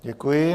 Děkuji.